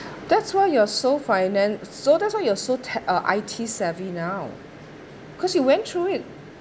that's why you are so finance so that's why you're so tech uh I_T savvy now because you went through it